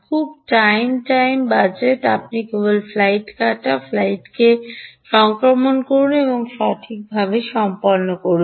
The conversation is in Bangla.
খুব টাইট টাইম বাজেট আপনি কেবল ফ্লাইতে কাটা ফ্লাইতে একটি সংক্রমণ করুন এবং সঠিকভাবে সম্পন্ন করুন